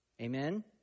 Amen